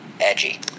edgy